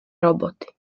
roboti